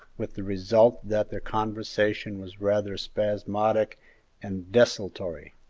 with the result that their conversation was rather spasmodic and desultory.